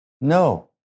No